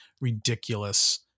ridiculous